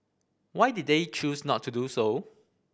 why did they choose not to do so